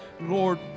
Lord